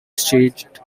staged